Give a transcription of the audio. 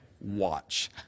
Watch